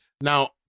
now